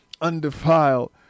undefiled